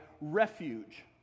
refuge